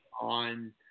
on